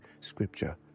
scripture